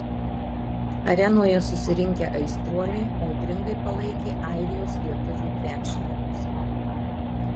arenoje susirinkę aistruoliai audringai palaikė airijos lietuvių krepšininkus